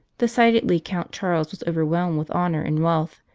decidedly count charles was overwhelmed with honour and wealth,